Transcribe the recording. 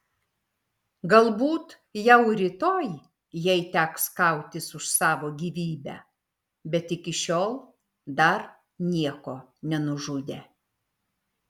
galbūt jau rytoj jai teks kautis už savo gyvybę bet iki šiol dar nieko nenužudė